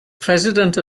president